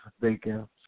bacon